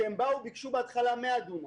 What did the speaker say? הם ביקשו בהתחלה 100 דונם,